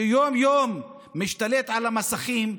שיום-יום משתלט על המסכים,